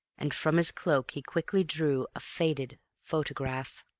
and from his cloak he quickly drew a faded photograph.